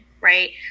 right